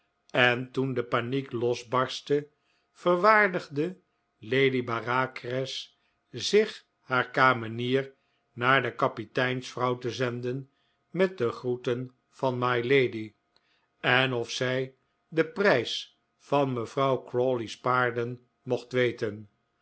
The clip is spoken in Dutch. en toen de paniek losbarstte verwaardigde lady bareacres zich haar kamenier naar de kapiteinsvrouw te zenden met de groeten van mylady en of zij den prijs van mevrouw crawley's paarden mocht weten